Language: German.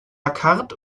carte